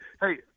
Hey